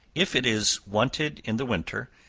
if it is wanted in the winter,